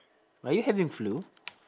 are you having flu